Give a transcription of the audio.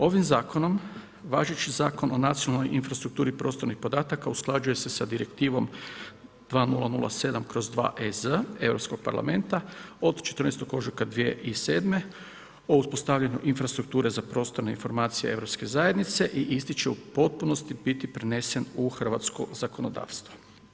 Ovim zakonom važeći Zakon o nacionalnoj infrastrukturi prostornih podataka usklađuje se sa Direktivom 2007/2 EZ Europskog parlamenta od 14. ožujak 2007. o uspostavljaju infrastrukture za prostorne informacije europske zajednice i isti će u potpunosti biti prenesen u hrvatsko zakonodavstvo.